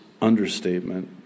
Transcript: understatement